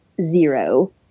zero